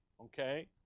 Okay